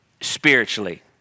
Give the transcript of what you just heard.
spiritually